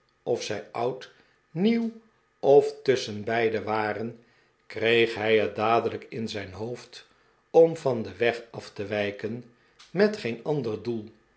of zij oud nieuw of tusschenbeide waren kreeg hij het dadelijk in zijn hoofd om van den weg af te wijken met geen ander doel